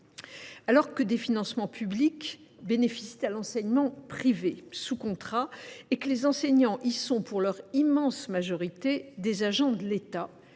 Alors que des financements publics profitent à l’enseignement privé sous contrat et que les enseignants y sont dans leur immense majorité des agents de l’État,